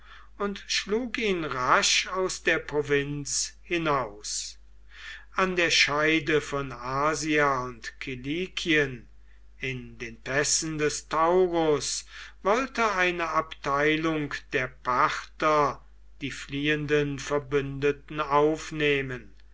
und schlug ihn rasch aus der provinz hinaus an der scheide von asia und kilikien in den pässen des taurus wollte eine abteilung der parther die fliehenden verbündeten aufnehmen